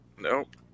Nope